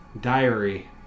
diary